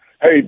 Hey